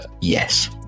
Yes